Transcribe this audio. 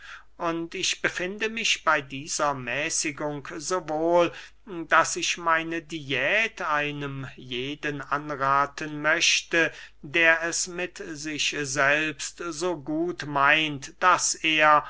und ich befinde mich bey dieser mäßigung so wohl daß ich meine diät einem jeden anrathen möchte der es mit sich selbst so gut meint daß er